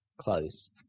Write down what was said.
close